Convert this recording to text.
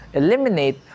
eliminate